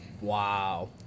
Wow